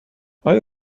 آیا